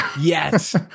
Yes